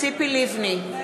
ציפי לבני,